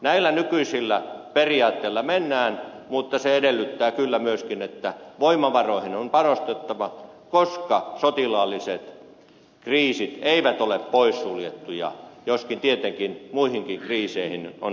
näillä nykyisillä periaatteilla mennään mutta se edellyttää kyllä myöskin että voimavaroihin on panostettava koska sotilaalliset kriisit eivät ole poissuljettuja joskin tietenkin muihinkin kriiseihin on varauduttava